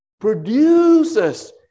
produces